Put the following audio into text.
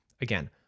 Again